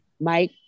Mike